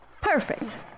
Perfect